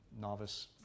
novice